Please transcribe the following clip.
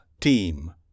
team